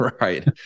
Right